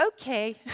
okay